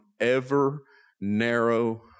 ever-narrow